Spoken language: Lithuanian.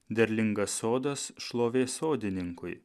derlingas sodas šlovė sodininkui